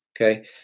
okay